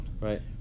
Right